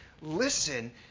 Listen